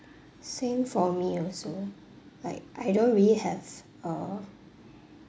same for me also like I don't really have err